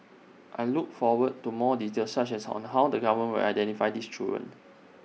I look forward to more details such as on the how the government identify these children